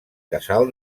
casal